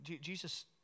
Jesus